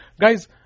Guys